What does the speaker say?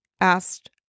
asked